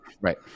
Right